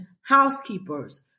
housekeepers